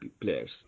players